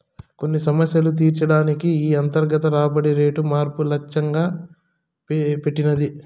కొన్ని సమస్యలు తీర్చే దానికి ఈ అంతర్గత రాబడి రేటు మార్పు లచ్చెంగా పెట్టినది